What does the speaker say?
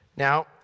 Now